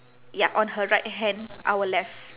ya on her right hand our left